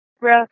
bro